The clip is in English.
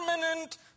permanent